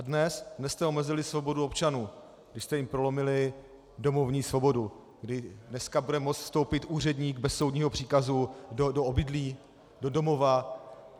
Dnes jste omezili svobodu občanů, když jste jim prolomili domovní svobodu, kdy dneska bude moct vstoupit úředník bez soudního příkazu do obydlí, do domova.